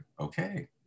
okay